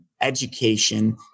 education